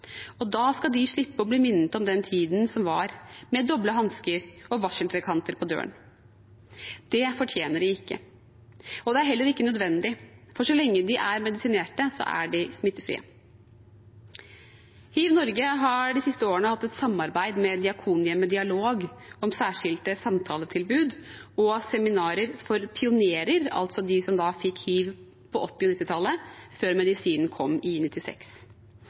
og da skal de slippe å bli minnet om den tiden som var, med doble hansker og varseltrekanter på døren. Det fortjener de ikke, og det er heller ikke nødvendig, for så lenge de er medisinerte, er de smittefrie. HivNorge har de siste årene hatt et samarbeid med Diakonhjemmet Dialog om særskilte samtaletilbud og seminarer for pionerer, altså de som fikk hiv på 1980- og 1990-tallet, før medisinen kom i